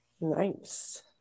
Nice